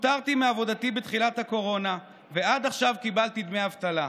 פוטרתי מעבודתי בתחילת הקורונה ועד עכשיו קיבלתי דמי אבטלה.